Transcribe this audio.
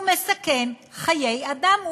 הוא מסכן חיי אדם,